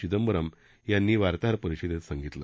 चिंदबरम यांनी वार्ताहरपरिषदेत सांगितलं